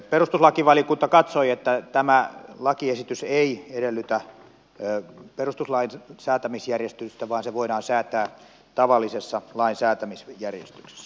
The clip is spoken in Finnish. perustuslakivaliokunta katsoi että tämä lakiesitys ei edellytä perustuslain säätämisjärjestystä vaan se voidaan säätää tavallisessa lainsäätämisjärjestyksessä